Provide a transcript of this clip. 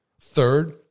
Third